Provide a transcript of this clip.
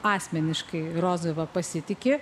asmeniškai rozova pasitiki